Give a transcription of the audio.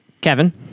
Kevin